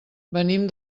venim